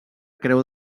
creu